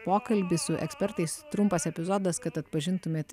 pokalbį su ekspertais trumpas epizodas kad atpažintumėt